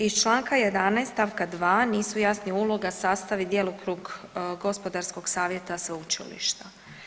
Iz članka 11. stavka 2. nisu jasni uloga, sastav i djelokrug Gospodarskog savjeta sveučilišta.